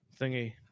Thingy